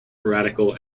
radical